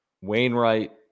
Wainwright